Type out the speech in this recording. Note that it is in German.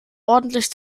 ordentlich